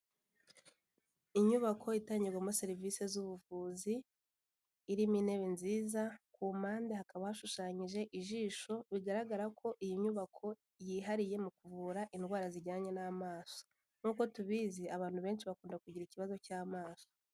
Inyubako itangirwamo serivisi z'ubuvuzi, irimo intebe nziza, ku mpande hakaba hashushanyije ijisho, bigaragara ko iyi nyubako yihariye mu kuvura indwara zijyanye n'amaso, nk'uko tubizi abantu benshi bakunda kugira ikibazo cy'amaso.